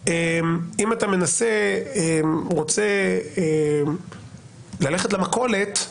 נאמר שאם אתה רוצה ללכת למכולת,